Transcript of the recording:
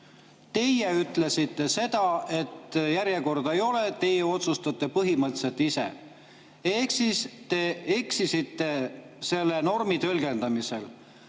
Teie ütlesite seda, et järjekorda ei ole, teie otsustate põhimõtteliselt ise. Ehk siis te eksisite selle normi tõlgendamisel.